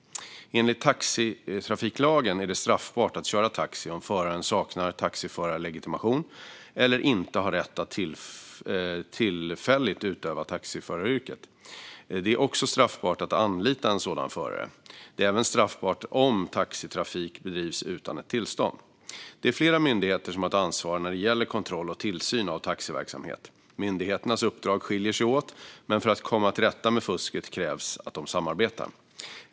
Enligt taxitrafiklagen är det straffbart att köra taxi om föraren saknar taxiförarlegitimation eller inte har rätt att tillfälligt utöva taxiföraryrket. Det är också straffbart att anlita en sådan förare. Det är även straffbart om taxitrafik bedrivs utan ett tillstånd. Det är flera myndigheter som har ett ansvar när det gäller kontroll och tillsyn av taxiverksamhet. Myndigheternas uppdrag skiljer sig åt, men för att komma till rätta med fusket krävs att de samarbetar.